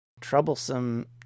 troublesome